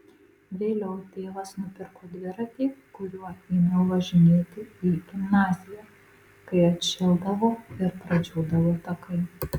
vėliau tėvas nupirko dviratį kuriuo ėmiau važinėti į gimnaziją kai atšildavo ir pradžiūdavo takai